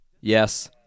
Yes